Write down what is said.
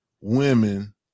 women